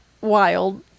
wild